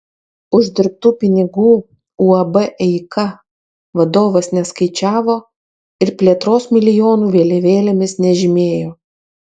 uždirbtų pinigų uab eika vadovas neskaičiavo ir plėtros milijonų vėliavėlėmis nežymėjo